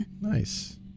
Nice